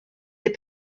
les